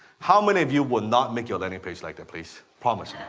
how many of you will not make your landing page like that, please? promise.